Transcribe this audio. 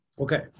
Okay